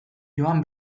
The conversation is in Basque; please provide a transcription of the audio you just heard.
joan